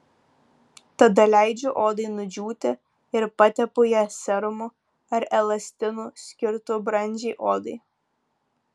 tada leidžiu odai nudžiūti ir patepu ją serumu ar elastinu skirtu brandžiai odai